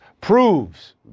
proves